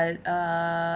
but err